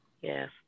Yes